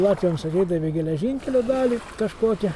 latviams atidavė geležinkelio dalį kažkokią